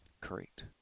correct